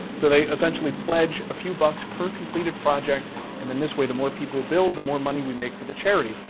so they essentially pledge a few bucks per completed project and then this way the more people build, the more money we make for the charity.